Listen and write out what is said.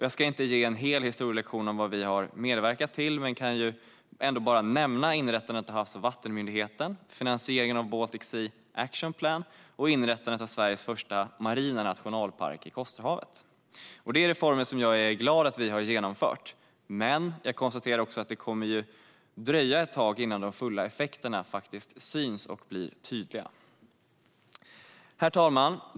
Jag ska inte ge en hel historielektion om vad vi medverkat till men kan ändå nämna inrättandet av Havs och vattenmyndigheten, finansieringen av Baltic Sea Action Plan och inrättandet av Sveriges första marina nationalpark i Kosterhavet. Det är reformer jag är glad att vi har genomfört, men jag konstaterar också att det kommer att dröja ett tag innan de fulla effekterna blir tydliga. Herr talman!